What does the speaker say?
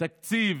תקציב